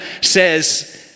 says